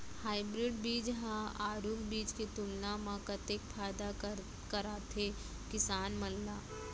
Hybrid बीज हा आरूग बीज के तुलना मा कतेक फायदा कराथे किसान मन ला?